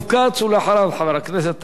חבר הכנסת טלב אלסאנע.